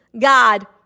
God